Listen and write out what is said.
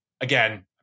again